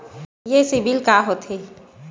ये सीबिल का होथे?